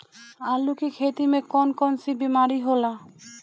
आलू की खेती में कौन कौन सी बीमारी होला?